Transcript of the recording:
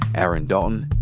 aaron dalton,